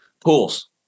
Pools